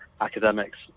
academics